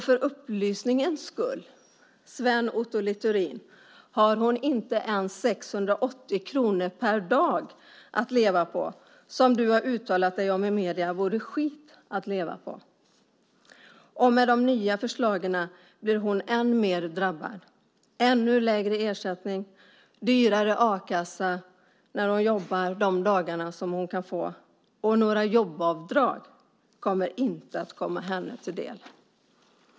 För upplysningens skull, Sven Otto Littorin, har hon inte ens 680 kr per dag att leva på - en summa som du i medierna har sagt att det vore skit att leva på. Med de nya förslagen blir hon än mer drabbad. Ersättningen blir lägre och a-kassan blir dyrare. Och några jobbavdrag kommer inte att komma henne till del.